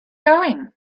going